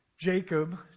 Jacob